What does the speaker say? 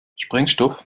sprengstoff